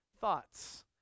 thoughts